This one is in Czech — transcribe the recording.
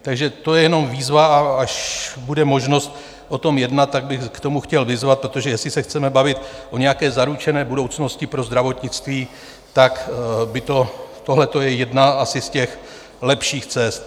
Takže to je jenom výzva, a až bude možnost o tom jednat, tak bych k tomu chtěl vyzvat, protože jestli se chceme bavit o nějaké zaručené budoucnosti pro zdravotnictví, tak tohle je jedna asi z lepších cest.